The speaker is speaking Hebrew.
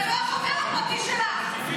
הוא לא החבר הפרטי שלך.